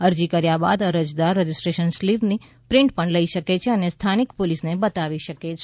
અરજી કર્યા બાદ અરજદાર રજીસ્ટ્રેશન સ્લીપની પ્રિન્ટ પણ લઇ શકે છે અને સ્થાનિક પોલીસને બતાવી શકે છે